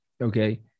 okay